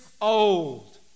old